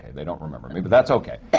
they don't remember me, but that's okay.